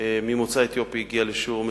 ממוצא אתיופי הגיע לשיעור מסוים.